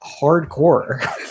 hardcore